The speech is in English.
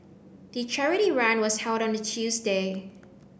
the charity run was held on a Tuesday